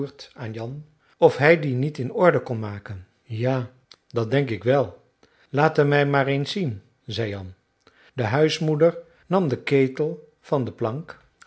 aan jan of hij dien niet in orde kon maken ja dat denk ik wel laat hem mij maar eens zien zei jan de huismoeder nam den ketel van de plank